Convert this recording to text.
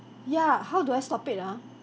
yeah how do I stop it ah